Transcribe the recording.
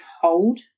hold